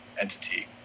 entity